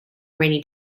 rainy